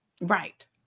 Right